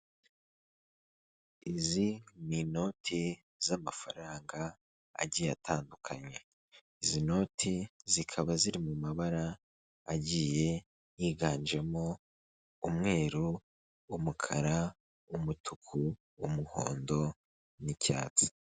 Izi ni inoti z'amafaranga agiye atandukanye. Izi noti zikaba ziri mu mabara agiye yiganjemo umweru, umukara, umutuku, umuhondo n'icyatsi.